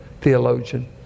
theologian